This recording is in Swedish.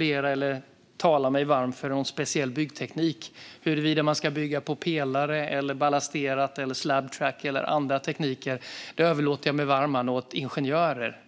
jag inte tala mig varm för någon särskild byggteknik. Huruvida det ska vara pelare, ballasterat, slab track eller andra tekniker överlåter jag med varm hand åt ingenjörer.